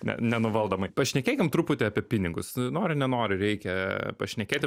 ne nenuvaldomai pašnekėkim truputį apie pinigus nori nenori reikia pašnekėti